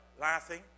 laughing